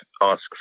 asks